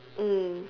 mm